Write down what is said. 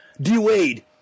D-Wade